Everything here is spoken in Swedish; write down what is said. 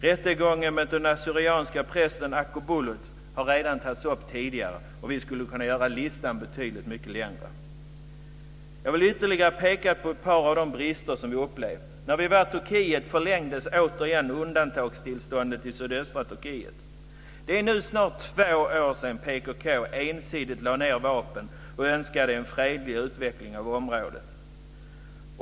Rättegången mot den assyrianska prästen Akbulut har redan tidigare tagits ut, och vi skulle kunna göra listan betydligt längre. Jag vill peka på ytterligare ett par av de brister som vi har upplevt. När vi var i Turkiet förlängdes återigen undantagstillståndet i sydöstra Turkiet. Det är nu snart två år sedan PKK ensidigt lade ned vapnen och önskade en fredlig utveckling av området.